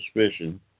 suspicion